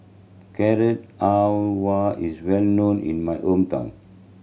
Carrot Halwa is well known in my hometown